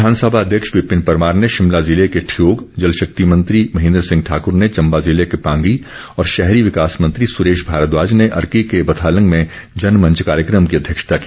विधानसभा अध्यक्ष विपिन परमार ने शिमला जिले के ठियोग जलशक्ति मंत्री महेन्द्र सिंह ठाकर ने चंबा ज़िला के पांगी और शहरी विकास मंत्री सुरेश भारद्वाज ने अर्की के बथालंग में जनमंच कार्यक्रम की अध्यक्षता की